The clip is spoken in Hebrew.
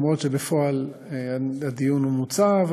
למרות שבפועל הדיון מוצה.